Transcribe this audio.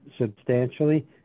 substantially